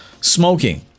Smoking